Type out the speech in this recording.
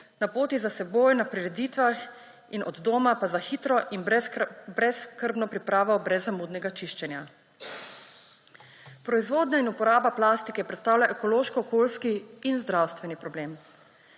na poti za seboj, na prireditvah, in od doma, pa za hitro in brezskrbno pripravo brez zamudnega čiščenja. Proizvodnja in uporaba plastike predstavlja ekološko-okoljski in zdravstveni problem.